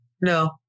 No